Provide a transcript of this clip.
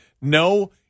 No